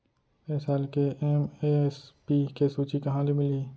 ए साल के एम.एस.पी के सूची कहाँ ले मिलही?